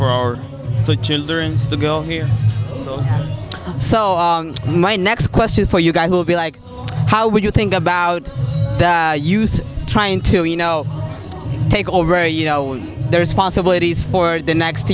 for our children's the girl here so my next question for you guys will be like how would you think about use trying to you know take over a you know there's possibilities for the next